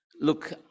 Look